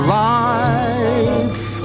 life